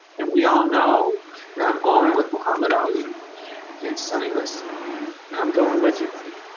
and we all know and i'm going with muhammad ali against sonny liston. and i'm going with you buddy.